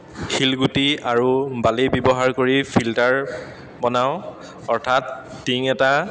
শিলগুটি আৰু বালি ব্যৱহাৰ কৰি ফিল্টাৰ বনাওঁ অৰ্থাৎ টিং এটা